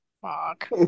Fuck